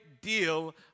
deal